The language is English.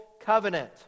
covenant